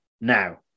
Now